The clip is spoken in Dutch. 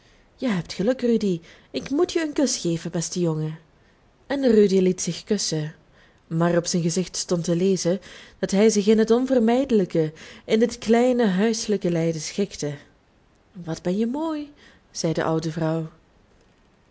je hebt geluk rudy ik moet je een kus geven beste jongen en rudy liet zich kussen maar op zijn gezicht stond te lezen dat hij zich in het onvermijdelijke in dit kleine huiselijke lijden schikte wat ben je mooi zei de oude vrouw